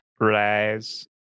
Rise